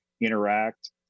interact